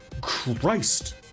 Christ